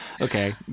okay